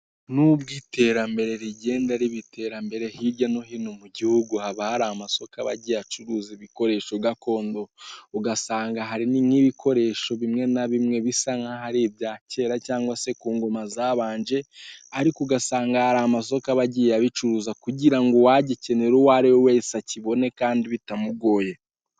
Nubwo iterambere rigenda riba iterambere hirya no hino mu gihugu haba hari amasoko aba agiye acuruza ibikoresho gakondo. Ugasanga harimo n'ibikoresho bimwe na binwe bisa n'aho ari ibya kera cyangwa se ku ngoma zabanje, ariko ugasanga hari amasoko aba agiye abicuruza kugira ngo uwagikenera uwo ari we wese akibone kandi bitamugoye.